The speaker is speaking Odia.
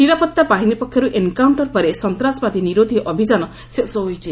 ନିରାପତ୍ତା ବାହିନୀ ପକ୍ଷରୁ ଏନ୍କାଉଣ୍ଟର ପରେ ସନ୍ତ୍ରାସବାଦୀ ନିରୋଧ୍ୟ ଅଭିଯାନ ଶେଷ ହୋଇଛି